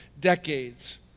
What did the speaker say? decades